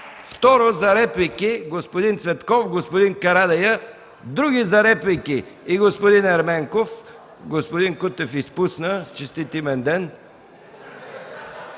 Второ, за реплики – господин Цветков, господин Карадайъ и господин Ерменков. Господин Кутев изпусна. Честит имен ден!